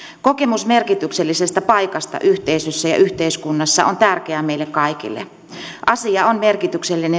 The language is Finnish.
kokemus merkityksellisestä paikasta yhteisössä ja yhteiskunnassa on tärkeää meille kaikille asia on merkityksellinen